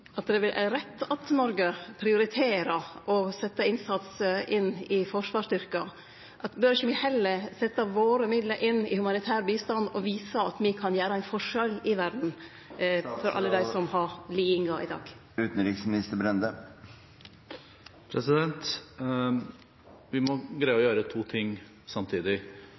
rett at Noreg prioriterer å setje inn innsats i forsvarsstyrkar? Bør me ikkje heller setje våre midlar inn i humanitær bistand og vise at me kan gjere ein forskjell i verda for andre som har lidingar i dag? Vi må greie å gjøre to ting samtidig.